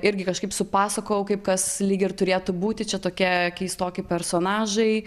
irgi kažkaip supasakojau kaip kas lyg ir turėtų būti čia tokie keistoki personažai